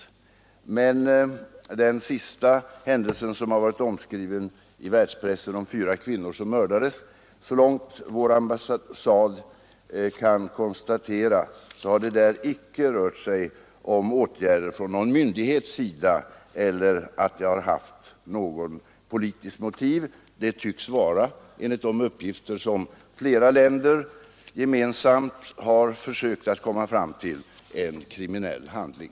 När det gäller den senaste händelsen som varit omskriven i världspressen — fyra kvinnor som mördades — har det emellertid, så långt vår ambassad kan konstatera, inte rört sig om åtgärder från någon myndighets sida eller om åtgärder som haft något politiskt motiv. Enligt de uppgifter som flera länder gemensamt har kommit fram till tycks det enbart vara en kriminell handling.